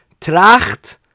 Tracht